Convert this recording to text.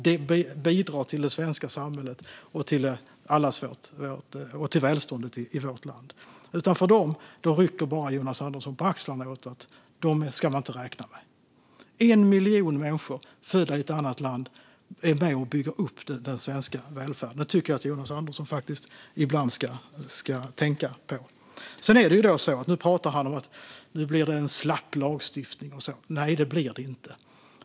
De bidrar till det svenska samhället och till välståndet i vårt land. Jonas Andersson rycker bara på axlarna åt dem - man ska inte räkna med dem. Det är 1 miljon människor som är födda i ett annat land och som är med och bygger upp den svenska välfärden. Det tycker jag faktiskt att Jonas Andersson ibland ska tänka på. Ni pratar om att nu blir det en slapp lagstiftning och så. Nej, det blir det inte.